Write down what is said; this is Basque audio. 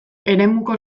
eremuko